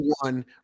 one